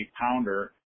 pounder